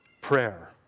prayer